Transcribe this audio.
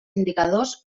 indicadors